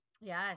Yes